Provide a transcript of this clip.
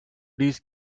these